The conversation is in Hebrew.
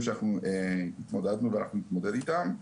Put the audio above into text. שאנחנו התמודדנו ואנחנו נתמודד איתם.